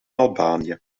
albanië